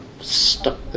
stuck